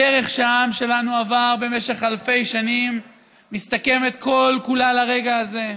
הדרך שהעם שלנו עבר במשך אלפי שנים מסתכמת כל-כולה ברגע הזה.